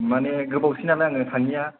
मानि गोबावसै नालाय आं थाङैया